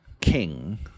king